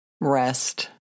rest